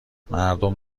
مردم